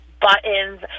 buttons